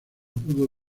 pudo